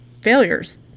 failures